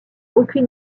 aucun